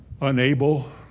unable